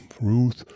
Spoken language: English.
Ruth